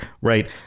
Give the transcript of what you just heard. right